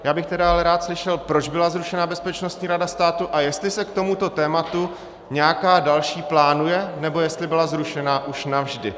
Já bych tedy ale rád slyšel, proč byla zrušena Bezpečnostní rada státu a jestli se k tomuto tématu nějaká další plánuje, nebo jestli byla zrušena už navždy.